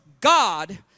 God